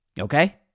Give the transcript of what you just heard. Okay